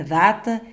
data